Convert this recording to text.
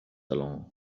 along